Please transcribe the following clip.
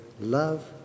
love